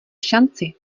šanci